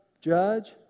judge